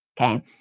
Okay